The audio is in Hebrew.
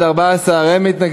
חוק